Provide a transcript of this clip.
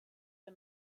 der